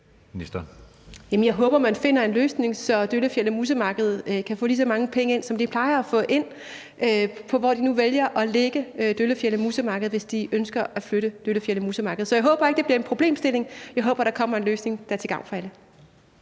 Jeg håber, at man finder en løsning, så Døllefjelde-Musse Marked kan få lige så mange penge ind, som de plejer at få ind, hvornår de nu end vælger at lægge Døllefjelde-Musse Marked, hvis de ønsker at flytte Døllefjelde-Musse Marked. Så jeg håber ikke, det bliver en problemstilling; jeg håber, der kommer en løsning, der er til gavn for alle.